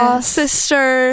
sister